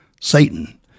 Satan